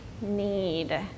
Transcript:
need